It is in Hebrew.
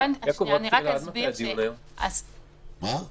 אם אפשר, אני רק אבהיר עוד דבר.